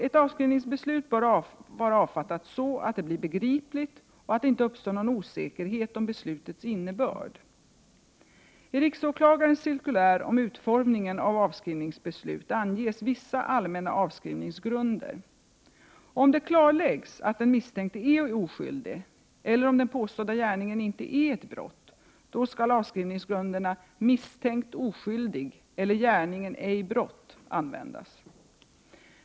Ett avskrivningsbeslut bör vara avfattat så att det blir begripligt och att det inte uppstår någon osäkerhet om beslutets innebörd. I riksåklagarens cirkulär om utformningen av avskrivningsbeslut anges vissa allmänna avskrivningsgrunder. Om det klarläggs att den misstänkte är oskyldig eller om den påstådda gärningen inte är ett brott, skall avskrivningsgrunderna ”misstänkt oskyldig” eller ”gärningen ej brott” användas.